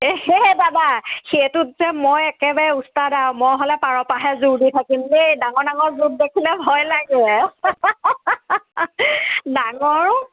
এই হেই দাদা সেইটোত যে মই একেবাৰে ওস্তাদ আৰু মই হ'লে পাৰৰ পৰাহে জোৰ দি থাকিম দেই ডাঙৰ ডাঙৰ জোক দেখিলে ভয় লাগে ডাঙৰো